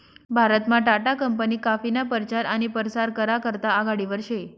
भारतमा टाटा कंपनी काफीना परचार आनी परसार करा करता आघाडीवर शे